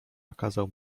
nakazał